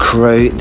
Crew